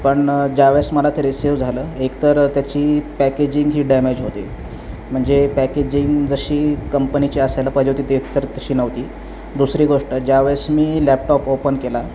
पण ज्यावेळेस मला ते रिसिव झालं एकतर त्याची पॅकेजिंग ही डॅमेज होती म्हणजे पॅकेजिंग जशी कंपनीची असायला पाहिजे होती ते एकतर तशी नव्हती दुसरी गोष्ट ज्यावेळेस मी लॅपटॉप ओपन केला